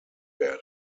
werden